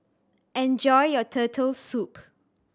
enjoy your Turtle Soup